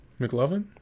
McLovin